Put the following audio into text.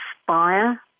inspire